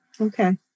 Okay